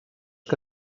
que